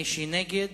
מי שנגד